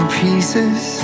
pieces